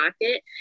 pocket